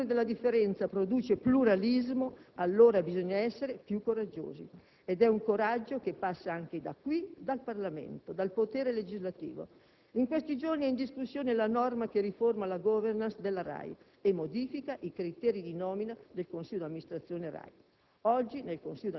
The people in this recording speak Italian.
Se la valorizzazione della differenza produce pluralismo allora bisogna essere più coraggiosi ed è un coraggio che passa anche da qui, dal Parlamento, dal potere legislativo. In questi giorni, è in discussione la norma che riforma la *governance* della RAI e modifica i criteri di nomina del consiglio di amministrazione RAI: